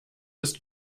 ist